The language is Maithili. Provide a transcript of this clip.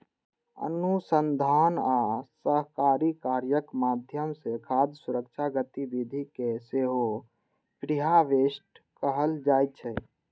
अनुसंधान आ सहकारी कार्यक माध्यम सं खाद्य सुरक्षा गतिविधि कें सेहो प्रीहार्वेस्ट कहल जाइ छै